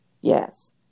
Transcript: Yes